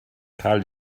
karl